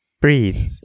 Breathe